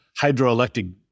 hydroelectric